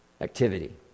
activity